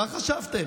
מה חשבתם,